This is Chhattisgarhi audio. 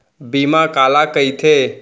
बीमा काला कइथे?